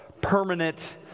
permanent